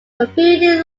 completely